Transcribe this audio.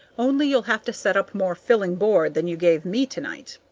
only you'll have to set up more filling board than you gave me tonight.